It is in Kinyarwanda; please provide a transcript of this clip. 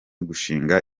gushinga